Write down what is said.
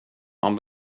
han